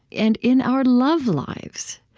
and in our love lives,